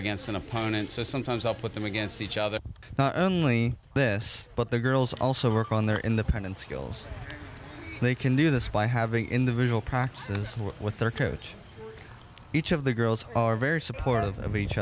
against an opponent so sometimes up with them against each other not only this but the girls also work on their in the pen and skills they can do this by having individual practices work with their coach each of the girls are very supportive of each